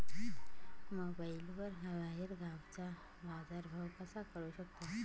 मोबाईलवर बाहेरगावचा बाजारभाव कसा कळू शकतो?